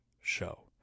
show